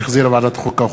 שהחזירה ועדת החוקה,